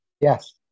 Yes